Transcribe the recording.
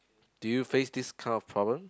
do you face this kind of problem